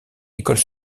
école